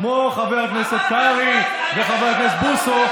כמו חבר הכנסת קרעי וחבר הכנסת בוסו.